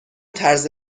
طرز